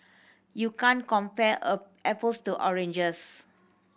you can't compare a apples to oranges